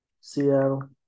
Seattle